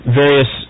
various